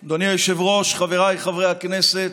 היושב-ראש, חבריי חברי הכנסת,